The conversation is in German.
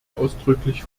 ausdrücklich